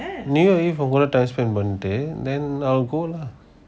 new year eve உன்கூட:unkuda time spend பங்கிட்டு:panitu then I will go lah